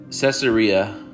Caesarea